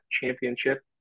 championship